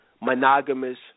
monogamous